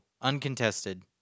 uncontested